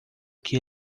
que